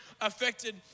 affected